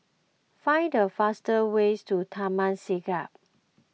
find the fastest way to Taman Siglap